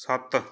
ਸੱਤ